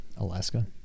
Alaska